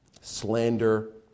slander